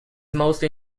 mostly